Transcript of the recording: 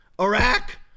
Iraq